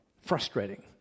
Frustrating